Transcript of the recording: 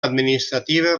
administrativa